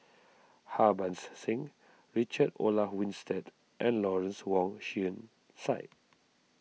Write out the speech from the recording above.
Harbans Singh Richard Olaf Winstedt and Lawrence Wong Shyun Tsai